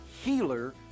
healer